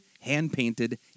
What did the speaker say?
hand-painted